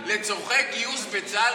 לצורכי גיוס לצה"ל,